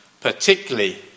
particularly